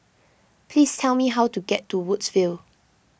please tell me how to get to Woodsville